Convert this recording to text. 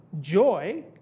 joy